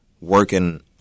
working